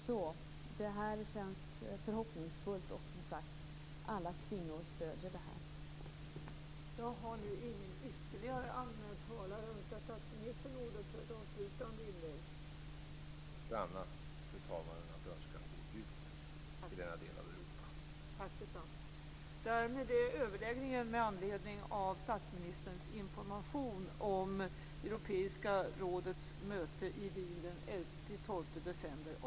Det här känns alltså förhoppningsfullt, och, som sagt, alla kvinnor stöder det här.